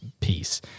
piece